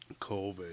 COVID